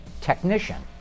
technician